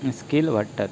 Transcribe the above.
skill वाडटात